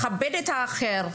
לכבד את האחר,